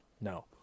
No